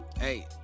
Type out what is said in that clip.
Hey